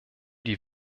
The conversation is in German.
die